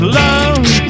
love